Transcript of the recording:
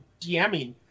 DMing